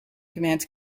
commands